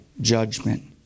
judgment